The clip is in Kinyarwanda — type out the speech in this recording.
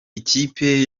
ikipe